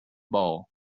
ball